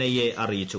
I A അറിയിച്ചു